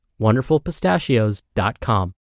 WonderfulPistachios.com